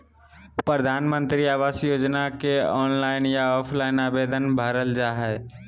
प्रधानमंत्री आवास योजना के ऑनलाइन या ऑफलाइन आवेदन भरल जा हइ